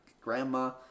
grandma